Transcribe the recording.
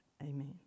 amen